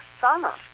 summer